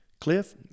Cliff